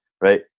right